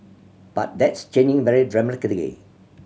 but that's changing very dramatically